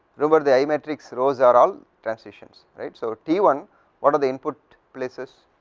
remember the i matrix rows are all transitions right, so t one what are the input places